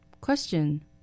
Question